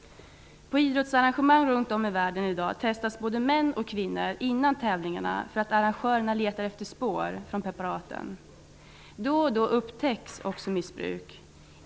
På idrottsarrangemang runt om i världen i dag testas både män och kvinnor innan tävlingarna för att arrangörerna letar efter spår från preparaten. Då och då upptäcks också missbruk.